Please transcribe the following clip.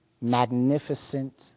magnificent